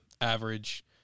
average